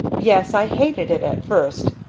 yes. i hated it at first,